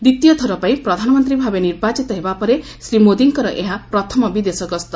ଦ୍ୱିତୀୟ ଥରପାଇଁ ପ୍ରଧାନମନ୍ତ୍ରୀ ଭାବେ ନିର୍ବାଚିତ ହେବା ପରେ ଶ୍ରୀ ମୋଦିଙ୍କର ଏହା ପ୍ରଥମ ବିଦେଶ ଗସ୍ତ